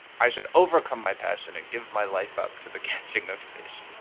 i should overcome my passion, and give my life up to the catching of fish.